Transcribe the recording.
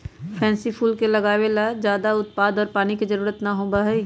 pansy फूल के उगावे ला ज्यादा खाद और पानी के जरूरत ना होबा हई